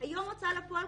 היום ההוצאה לפועל